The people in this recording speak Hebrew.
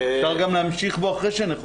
אפשר גם להמשיך בדיון הזה אחרי שנחוקק.